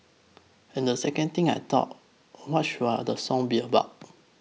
and the second thing I thought what should the song be about